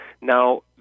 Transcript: Now